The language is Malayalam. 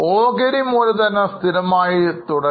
ഓഹരി മൂലധനം സ്ഥിരമായി തുടരുന്നു